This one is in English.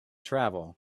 travel